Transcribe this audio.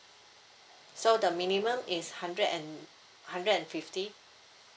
so the minimum is hundred and hundred and fifty